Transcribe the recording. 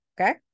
okay